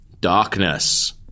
Darkness